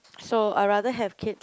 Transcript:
so I rather have kids